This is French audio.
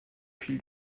fil